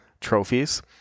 trophies